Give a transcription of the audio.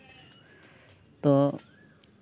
ᱛᱚ